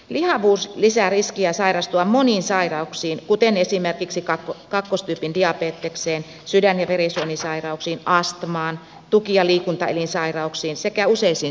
lihavuus lisää riskiä sairastua moniin sairauksiin kuten esimerkiksi kakkostyypin diabetekseen sydän ja verisuonisairauksiin astmaan tuki ja liikuntaelinsairauksiin sekä useisiin syöpäsairauksiin